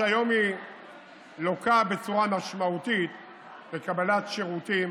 שהיום לוקה בצורה משמעותית בקבלת שירותים